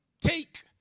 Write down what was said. Take